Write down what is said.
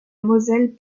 moselle